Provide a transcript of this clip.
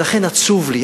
ולכן עצוב לי.